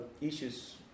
issues